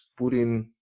Putin